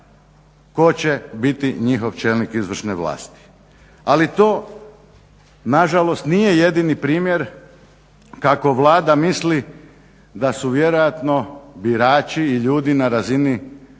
tko će biti njihov čelnik izvršne vlasti. ali nažalost nije jedini primjer kako Vlada misli da su vjerojatno birači i ljudi na razini